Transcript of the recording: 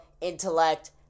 intellect